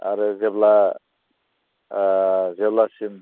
आरो जेब्ला जेब्लासिम